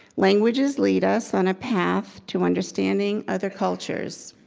languages lead us on a path to understanding other cultures.